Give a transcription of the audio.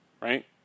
right